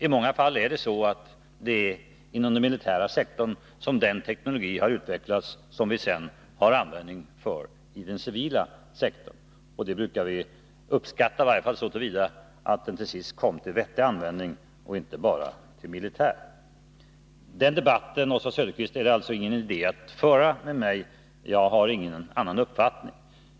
I många fall är det inom den militära sektorn som den teknologi har utvecklats som vi sedan har användning för inom den civila sektorn. Det brukar vi uppskatta, i varje fall så till vida att den till sist har kommit till en vettig användning. Den debatten är det alltså ingen idé att föra med mig. Jag har ingen annan uppfattning.